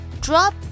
drop